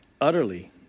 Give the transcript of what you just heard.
Utterly